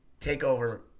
Takeover